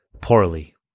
poorly